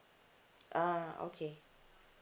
ah okay